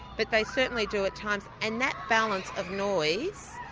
but they certainly do at times and that balance of noise,